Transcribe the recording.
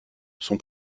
son